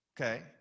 Okay